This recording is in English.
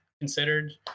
considered